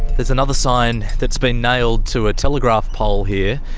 there's another sign that's been nailed to a telegraph pole here.